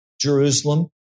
Jerusalem